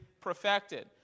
perfected